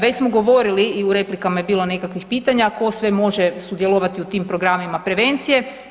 Već smo govorili i u replika je bilo nekakvih pitanja ko sve može sudjelovati u tim programima prevencije.